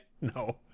No